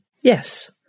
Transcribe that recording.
Yes